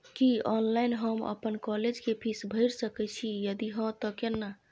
की online हम अपन college के फीस भैर सके छि यदि हाँ त केना?